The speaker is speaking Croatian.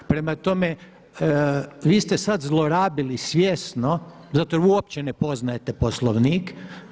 Prema tome, vi ste sad zlorabili svjesno zato jer uopće ne poznajete Poslovnik.